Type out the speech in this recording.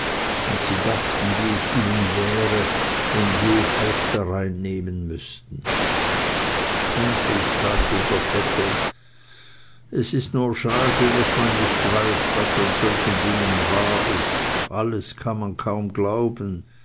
und sie dachten wie es ihnen wäre wenn sie es auch darein nehmen müßten endlich sagte der vetter es ist nur schade daß man nicht weiß was an solchen dingen wahr ist alles kann man kaum glauben